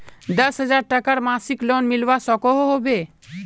दस हजार टकार मासिक लोन मिलवा सकोहो होबे?